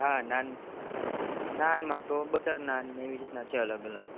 હાં નાન નાનમાં તો બટર નાન ને એ રીતના છે અલગ અલગ